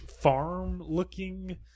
farm-looking